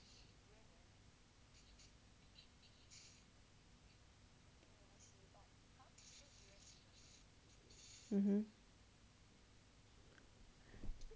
(uh huh)